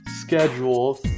schedule